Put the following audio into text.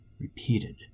repeated